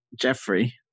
Jeffrey